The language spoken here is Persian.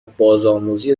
بازآموزی